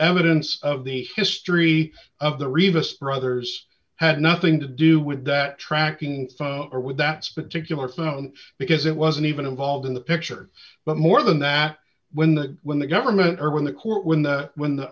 evidence of the history of the rebus brothers had nothing to do with that tracking phone or with that particular phone because it wasn't even involved in the picture but more than that when the when the government or when the court when the when the